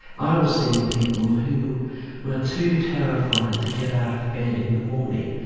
i was seeing people who were too terrified to get out of bed in the morning,